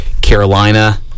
Carolina